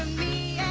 me